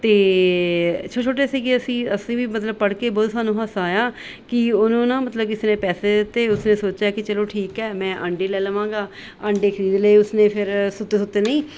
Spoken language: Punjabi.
ਅਤੇ ਛੋਟੇ ਛੋਟੇ ਸੀਗੇ ਅਸੀਂ ਅਸੀਂ ਵੀ ਮਤਲਬ ਪੜ੍ਹ ਕੇ ਬਹੁਤ ਸਾਨੂੰ ਹਾਸਾ ਆਇਆ ਕਿ ਉਹਨੂੰ ਨਾ ਮਤਲਬ ਕਿਸੇ ਨੇ ਪੈਸੇ ਦਿੱਤੇ ਉਸ ਨੇ ਸੋਚਿਆ ਕਿ ਚਲੋ ਠੀਕ ਹੈ ਮੈਂ ਆਂਡੇ ਲੈ ਲਵਾਂਗਾ ਅੰਡੇ ਖਰੀਦ ਲਏ ਉਸਨੇ ਫਿਰ ਸੁੱਤੇ ਸੁੱਤੇ ਨੇ ਈ